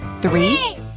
Three